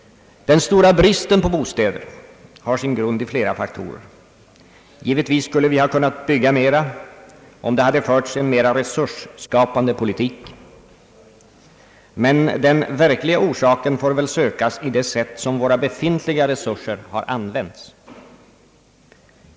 Den stora bristen på bostäder har sin grund i flera faktorer. Givetvis skulle vi ha kunnat bygga mera om det hade förts en mera resursskapande politik. Men den verkliga orsaken får väl sökas i det sätt på vilket våra befintliga resurser har använts.